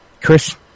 Chris